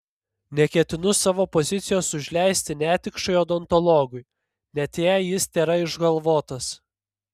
neketinu savo pozicijos užleisti netikšai odontologui net jei jis tėra išgalvotas